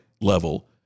level